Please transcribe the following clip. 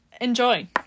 enjoy